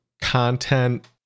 content